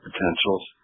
potentials